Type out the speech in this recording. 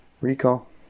Recall